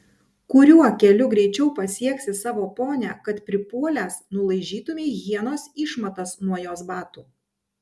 kuriuo keliu greičiau pasieksi savo ponią kad pripuolęs nulaižytumei hienos išmatas nuo jos batų